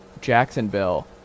jacksonville